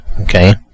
Okay